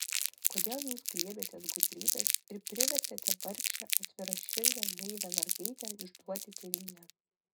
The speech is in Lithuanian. kodėl jūs griebėtės gudrybės ir privertėte vargšę atviraširdę naivią mergaitę išduoti tėvynę